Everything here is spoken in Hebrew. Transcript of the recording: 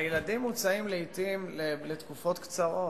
הילדים מוצאים לעתים לתקופות קצרות.